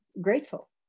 grateful